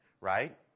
right